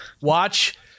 Watch